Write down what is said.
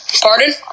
Pardon